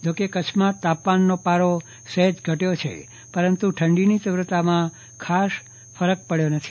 જોકે કચ્છમાં તાપમાનનો પારો સહેજ ઘટયો છે પરંતુ ઠંડીની તીવ્રતામાં ખાસ ફરક પડ્યો નથી